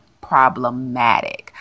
problematic